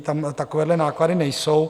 Tam takovéhle náklady nejsou.